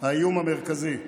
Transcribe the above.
האיום המרכזי.